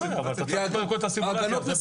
ההגנות מסרסות.